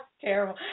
terrible